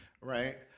Right